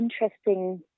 interesting